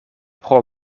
pro